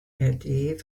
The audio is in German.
lte